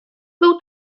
był